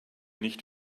nicht